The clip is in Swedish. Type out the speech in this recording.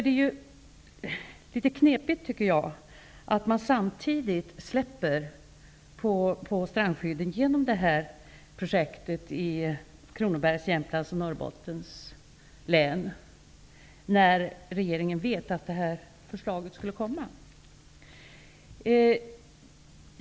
Det är litet knepigt, tycker jag, att man släpper efter på strandskyddet genom projektet i Kronobergs, Jämtlands och Norrbottens län, när regeringen visste att det här förslaget skulle komma.